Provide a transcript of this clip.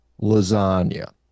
lasagna